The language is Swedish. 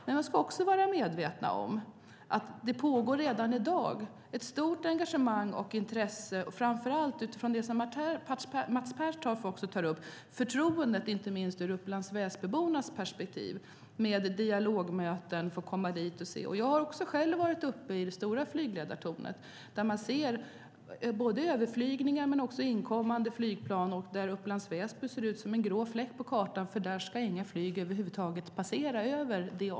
Men man ska också vara medveten om att det redan i dag finns ett stort engagemang och intresse, framför allt utifrån det som Mats Pertoft tar upp. Det handlar om förtroendet, inte minst ur Upplands Väsby-bornas perspektiv. Det handlar om dialogmöten, om att få komma dit och se. Jag har också själv varit uppe i det stora flygledartornet där man ser överflygningar men också inkommande flygplan. Där ser Upplands Väsby ut som en grå fläck på kartan, för där ska inga flyg över huvud taget passera.